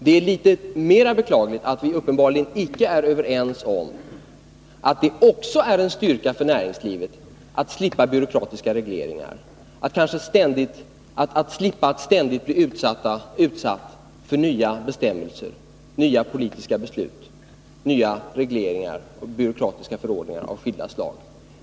Det är mera beklagligt att vi uppenbarligen icke är överens om att det också är en styrka för näringslivet att slippa byråkratiska regleringar, att slippa att ständigt bli utsatt för nya bestämmelser, nya politiska beslut, nya regleringar och byråkratiska förordningar av skilda slag.